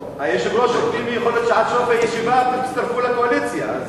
היושב ראש, שעד סוף הישיבה אתם תצטרפו לקואליציה.